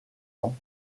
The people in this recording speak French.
ans